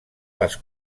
les